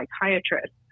psychiatrist